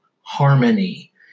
harmony